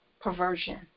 perversion